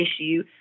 issue